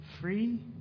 free